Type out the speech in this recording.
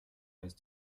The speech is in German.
ist